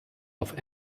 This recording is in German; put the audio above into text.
auf